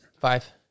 Five